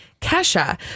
Kesha